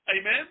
Amen